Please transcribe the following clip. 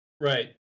Right